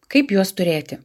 kaip juos turėti